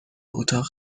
اتاق